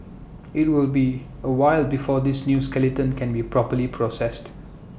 IT will be A while before this new skeleton can be properly processed